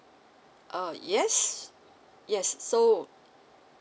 uh yes yes so